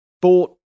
bought